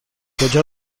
کجا